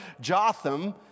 Jotham